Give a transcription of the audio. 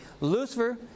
Lucifer